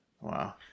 Wow